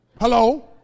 hello